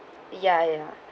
ya ya